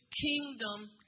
kingdom